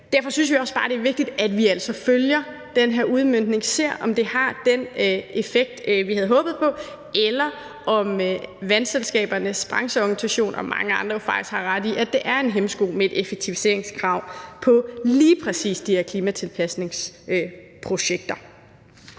Derfor synes vi også bare, det er vigtigt, at vi altså følger den her udmøntning – at vi ser, om det har den effekt, vi havde håbet på, eller om vandselskabernes brancheorganisationer og mange andre faktisk har ret i, at det er en hæmsko med et effektiviseringskrav til lige præcis de her klimatilpasningsprojekter.